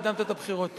הקדמת את הבחירות,